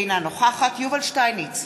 אינה נוכחת יובל שטייניץ,